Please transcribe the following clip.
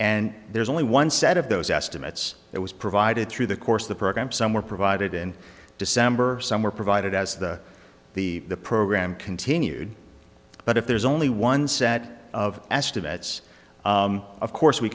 and there's only one set of those estimates that was provided through the course of the program some were provided in december some were provided as the the the program continued but if there's only one set of estimates of course we